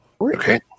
Okay